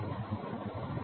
நான் பார்க்கிறேன்